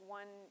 one